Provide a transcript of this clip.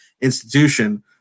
institution